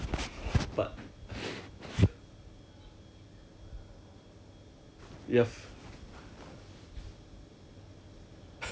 but the thing is if next time 我搬出去 liao right 我找到别的屋子 then 我搬出去 liao then ya 那个洞怎么办 sia 那个 mount 怎么办